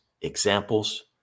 examples